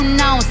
now